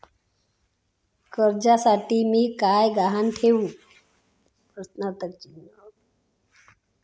कर्जासाठी मी काय गहाण ठेवू?